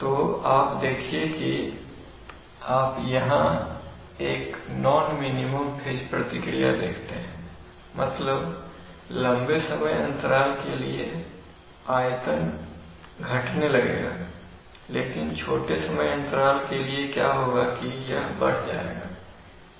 तो आप देखिए कि आप यहां एक नॉन मिनिमम फेज प्रतिक्रिया देखते हैं मतलब लंबे समय अंतराल के लिए आयतन घटने लगेगा लेकिन छोटे समय अंतराल के लिए क्या होगा कि यह बढ़ जाएगा